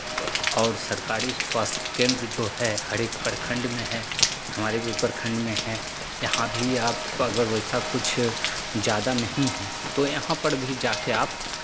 और सरकारी स्वास्थ्य केन्द्र जो है हरेक प्रखण्ड में है हमारे भी प्रखण्ड में है यहाँ भी आपको अगर वैसा कुछ ज़्यादा नहीं है तो यहाँ पर भी जा के आप